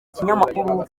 kinyamakuru